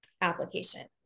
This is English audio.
application